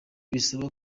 bisaba